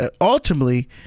ultimately